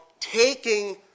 Taking